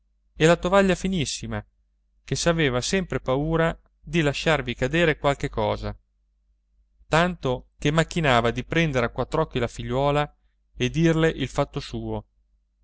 e la tovaglia finissima che s'aveva sempre paura di lasciarvi cadere qualche cosa tanto che macchinava di prendere a quattr'occhi la figliuola e dirle il fatto suo